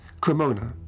Cremona